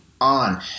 on